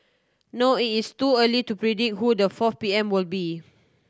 no it is too early to predict who the fourth P M will be